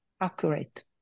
accurate